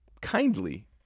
kindly